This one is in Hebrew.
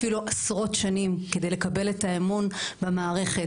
אפילו עשרות שנים כדי לקבל את האמון במערכת.